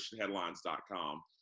ChristianHeadlines.com